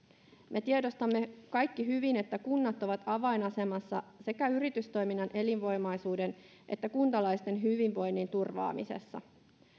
me kaikki tiedostamme hyvin että kunnat ovat avainasemassa sekä yritystoiminnan elinvoimaisuuden että kuntalaisten hyvinvoinnin turvaamisessa